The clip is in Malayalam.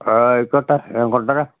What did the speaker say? ആ ആയിക്കൊട്ടെ ഞാന് കൊണ്ടുവരാം